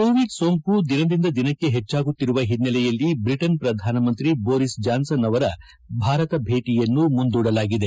Covid ಸೋಂಕು ದಿನದಿಂದ ದಿನಕ್ಕೆ ಹೆಚ್ಚಾಗುತ್ತಿರುವ ಒನ್ನೆಲೆಯಲ್ಲಿ ಬಿಟನ್ ಪ್ರಧಾನಮಂತ್ರಿ ಬೋರಿಸ್ ಜಾನ್ಸನ್ ಅವರ ಭಾರತ ಭೇಟಿಯನ್ನು ಮುಂದೂಡಲಾಗಿದೆ